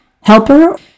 helper